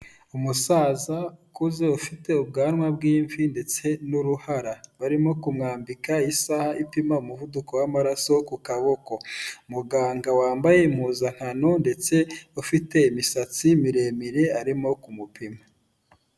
Umusaza ukuze, ufite ubwanwa bw'imvi ndetse n'uruhara, barimo kumwambika isaha ipima umuvuduko w'amaraso ku kaboko. Muganga wambaye impuzankano ndetse ufite imisatsi miremire arimo kumupima.